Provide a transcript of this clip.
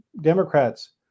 Democrats